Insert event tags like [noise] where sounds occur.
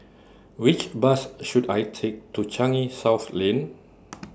Which Bus should I Take to Changi South Lane [noise]